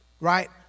Right